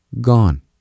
Gone